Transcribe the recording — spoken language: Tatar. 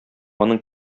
аның